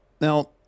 Now